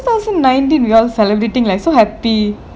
two thousand nineteen we all celebrating like so happy